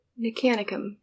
Nicanicum